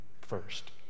first